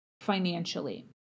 financially